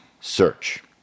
Search